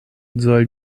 soll